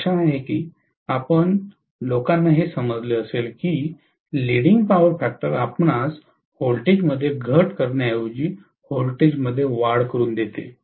मला आशा आहे की आपण लोकांना हे समजले असेल की लीडिंग पॉवर फॅक्टर आपणास व्होल्टेजमध्ये घट करण्याऐवजी व्होल्टेजमध्ये वाढ का देते